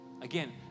again